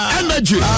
energy